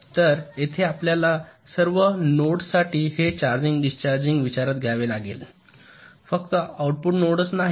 तर येथे आपल्याला सर्व नोड्ससाठी हे चार्जिंग डिस्चार्जिंग विचारात घ्यावे लागेल फक्त आउटपुट नोडच नाही